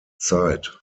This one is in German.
zeit